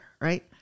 right